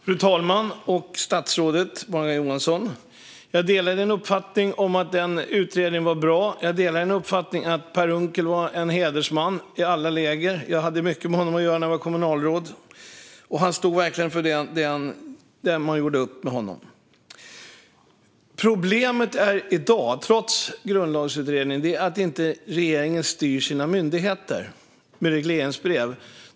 Fru talman! Jag delar statsrådets uppfattning om att denna utredning var bra. Jag delar också hans uppfattning att Per Unckel var en hedersman, och jag hade mycket med honom att göra när jag var kommunalråd. Han stod verkligen för det som man gjorde upp med honom. Problemet i dag, trots Grundlagsutredningen, är att regeringen inte styr sina myndigheter med regleringsbrev.